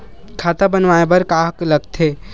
खाता बनवाय बर का का लगथे?